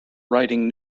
writing